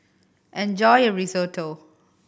enjoy your Risotto